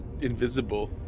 invisible